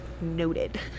noted